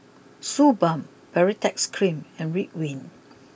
Suu Balm Baritex cream and Ridwind